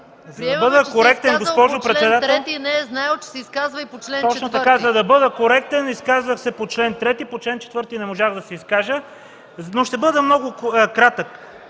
За да бъда коректен, госпожо председател, изказах се по чл. 3, по чл. 4 не можах да се изкажа, но ще бъда много кратък.